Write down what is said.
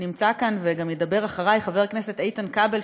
נמצא כאן וגם ידבר אחרי חבר הכנסת איתן כבל,